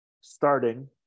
starting